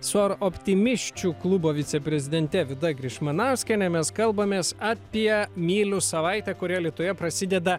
sor optimisčių klubo viceprezidentė vida grišmanauskienė mes kalbamės apie mylių savaitę kuri alytuje prasideda